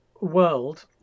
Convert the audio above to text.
world